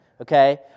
okay